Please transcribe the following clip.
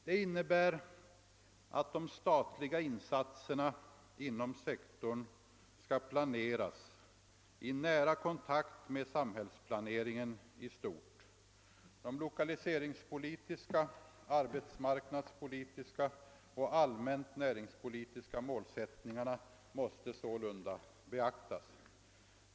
Det innebär att de statliga insatserna inom sektorn skall planeras i nära kontakt med samhällsplaneringen i stort. De lokaliseringspolitiska, arbetsmarknadspolitiska och allmänt näringspolitiska målsättningarna måste sålunda beaktas.